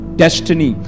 destiny